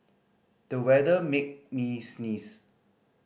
the weather made me sneeze